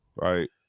right